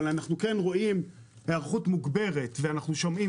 אבל אנחנו כן רואים היערכות מוגברת ואנחנו גם שומעים